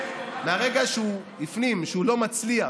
מהרגע שהוא הפנים שהוא לא מצליח